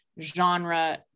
genre